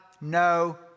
no